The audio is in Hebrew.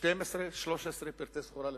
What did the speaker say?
12 13 פריטי סחורה לרצועת-עזה,